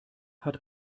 hat